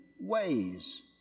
ways